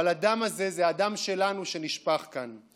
אבל הדם הזה זה הדם שלנו שנשפך כאן.